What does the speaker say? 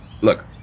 look